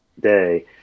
day